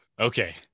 Okay